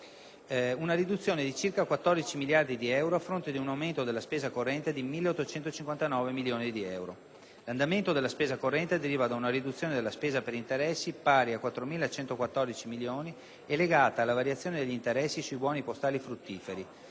una riduzione di circa 14 miliardi di euro, a fronte di un aumento della spesa corrente di 1.859 milioni di euro. L'andamento della spesa corrente deriva da una riduzione della spesa per interessi (pari a 4.114 milioni e legata alla variazione degli interessi sui buoni postali fruttiferi,